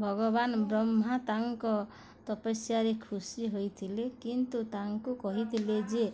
ଭଗବାନ ବ୍ରହ୍ମା ତାଙ୍କ ତପସ୍ୟାରେ ଖୁସି ହୋଇଥିଲେ କିନ୍ତୁ ତାଙ୍କୁ କହିଥିଲେ ଯେ